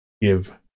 give